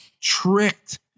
Tricked